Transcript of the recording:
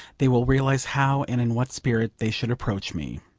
they will realise how and in what spirit they should approach me.